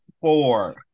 four